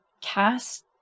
cast